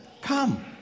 come